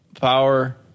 power